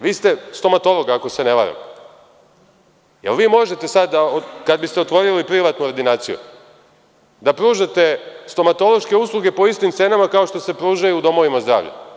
Vi ste stomatolog, ako se ne varam, da li vi možete sada, kada biste otvorili privatnu ordinaciju, da pružate stomatološke usluge po istim cenama kao što se pružaju u domovima zdravlja?